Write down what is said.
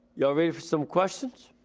y'all ready for some questions?